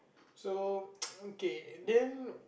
so okay then